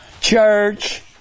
church